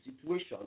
situation